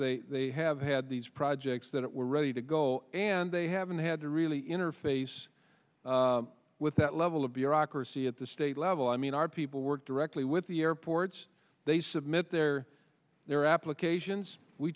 because they have had these projects that were ready to go and they haven't had to really interface with that level of bureaucracy at the state level i mean our people work directly with the airports they submit their their applications we